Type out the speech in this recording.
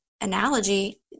analogy